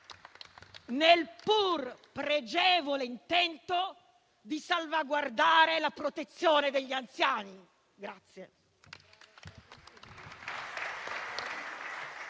nel pur pregevole intento di salvaguardare la protezione degli anziani.